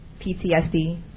PTSD